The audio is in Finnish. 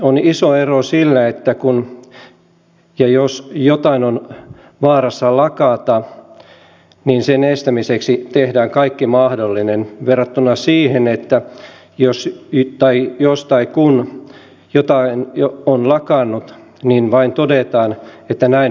on iso ero sillä että kun ja jos jotain on vaarassa lakata niin sen estämiseksi tehdään kaikki mahdollinen verrattuna siihen että jos tai kun jotain on lakannut niin vain todetaan että näin vain kävi